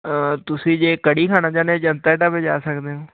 ਤੁਸੀਂ ਜੇ ਕੜੀ ਖਾਣਾ ਚਾਹੁੰਦੇ ਹੋ ਜਨਤਾ ਦੇ ਢਾਬੇ ਜਾ ਸਕਦੇ ਓ